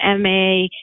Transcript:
MA